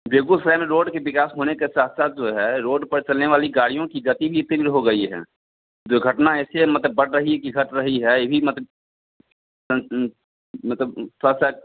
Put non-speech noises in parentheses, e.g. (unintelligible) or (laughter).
बेगूसराय में रोड नहीं थी आज होने के साथ साथ जो है रोड पर चलने वाली गाड़ीयों की गति भी तीव्र हो गई है दुर्घटना ऐसी है मतलब बढ़ रही है के घट रही है यही मत (unintelligible) मतलब थोड़ा सा (unintelligible)